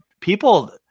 people